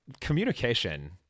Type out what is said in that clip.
communication